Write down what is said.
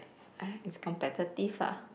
eh it's competitive lah